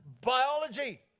biology